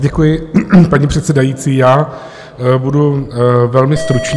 Děkuji, paní předsedající, já budu velmi stručný.